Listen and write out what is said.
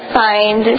find